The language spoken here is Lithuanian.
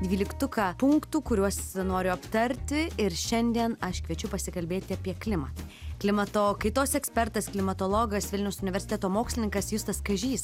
dvyliktuką punktų kuriuos noriu aptarti ir šiandien aš kviečiu pasikalbėti apie klimatą klimato kaitos ekspertas klimatologas vilniaus universiteto mokslininkas justas kažys